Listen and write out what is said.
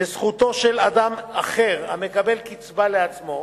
בזכותו של אדם אחר המקבל קצבה לעצמו,